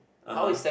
(uh huh)